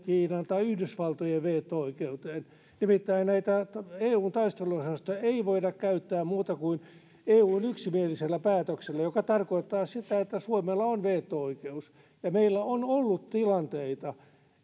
kiinan tai yhdysvaltojen veto oikeuteen nimittäin eun taisteluosastoa ei voida käyttää muuta kuin eun yksimielisellä päätöksellä mikä tarkoittaa sitä että suomella on veto oikeus ja meillä on ollut tilanteita